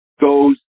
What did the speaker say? Goes